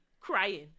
Crying